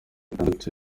itandatu